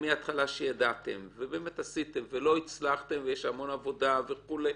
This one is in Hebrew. כשידעתם ולא הצלחתם ויש המון עבודה וכולי,